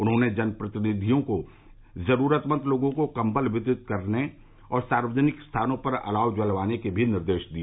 उन्होंने जनप्रतिनिधियों को जरूरतमंद लोगों को कम्बल वितरित करने और सार्वजनिक स्थानों पर अलाव जलवाने के भी निर्देश दिए